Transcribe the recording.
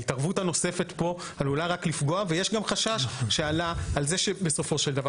ההתערבות הנוספת פה עלולה רק לפגוע ויש גם חשש שעלה על זה שבסופו של דבר